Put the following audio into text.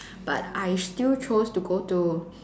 but I still chose to go to